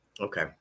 Okay